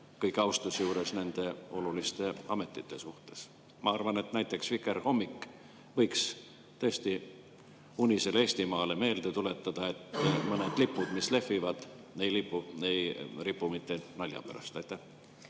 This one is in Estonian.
kõige austuse juures nende oluliste ametite suhtes. Ma arvan, et näiteks "Vikerhommik" võiks tõesti unisele Eestimaale meelde tuletada, et mõned lipud, mis lehvivad, ei ole mitte nalja pärast. Aitäh!